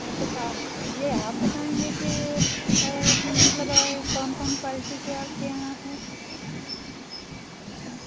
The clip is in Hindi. हाँ तो आप ये आप बताएँगे के मतलब कौन कौन क्वाल्टी के आपके यहाँ है हाँ